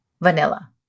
vanilla